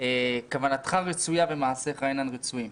כוונתך רצויה ומעשיך אינם רצויים.